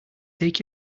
take